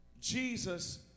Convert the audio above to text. Jesus